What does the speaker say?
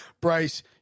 Bryce